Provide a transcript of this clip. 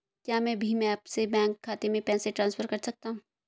क्या मैं भीम ऐप से बैंक खाते में पैसे ट्रांसफर कर सकता हूँ?